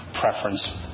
preference